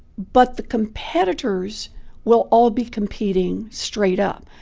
but the competitors will all be competing straight up.